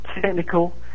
technical